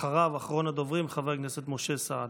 אחריו, אחרון הדוברים, חבר הכנסת משה סעדה.